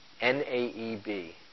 N-A-E-B